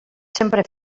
sempre